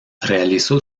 realizó